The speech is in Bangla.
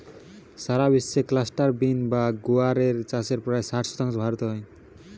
সারা বিশ্বে ক্লাস্টার বিন বা গুয়ার এর চাষের প্রায় ষাট শতাংশ ভারতে হয়